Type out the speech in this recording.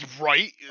Right